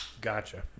Gotcha